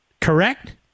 correct